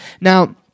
Now